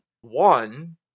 one